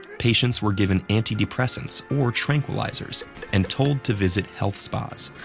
patients were given antidepressants or tranquilizers and told to visit health spas.